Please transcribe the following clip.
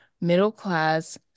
middle-class